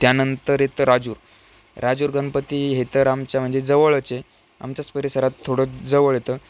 त्यानंतर येतं राजूर राजूर गणपती हे तर आमच्या जे जवळचे आमच्याच परिसरात थोडं जवळ येतं